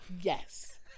Yes